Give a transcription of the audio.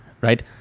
right